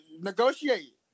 negotiate